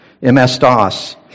MS-DOS